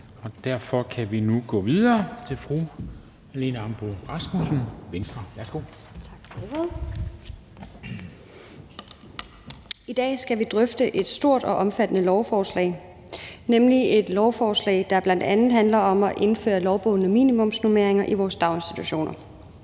Værsgo. Kl. 17:32 (Ordfører) Marlene Ambo-Rasmussen (V): Tak for ordet. I dag skal vi drøfte et stort og omfattende lovforslag, nemlig et lovforslag, der bl.a. handler om at indføre lovbundne minimumsnormeringer i vores daginstitutioner.